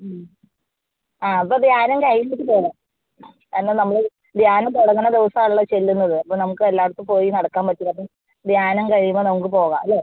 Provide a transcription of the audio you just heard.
ആ അപ്പം ധ്യാനം കഴിഞ്ഞിട്ട് പോവാം എന്നാൽ നമ്മൾ ധ്യാനം തുടങ്ങുന്ന ദിവസമാണല്ലോ ചെല്ലുന്നത് അപ്പോൾ നമുക്ക് എല്ലായിടത്തും പോയി നടക്കാൻ പറ്റില്ല അപ്പോൾ ധ്യാനം കഴിയുമ്പോൾ നമുക്ക് പോകാം അല്ലേ